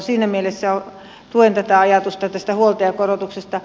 siinä mielessä tuen tätä ajatusta tästä huoltajakorotuksesta